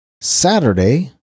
Saturday